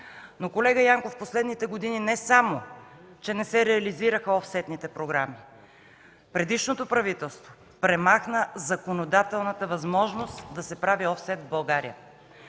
колега Янков, през последните години не само че не се реализираха офсетните програми. Предишното правителство премахна законодателната възможност да се прави офсет в България.